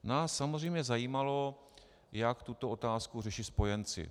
Nás samozřejmě zajímalo, jak tuto otázku řeší spojenci.